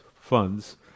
funds